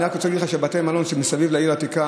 אני רק רוצה להגיד לך שבתי מלון סביב העיר העתיקה,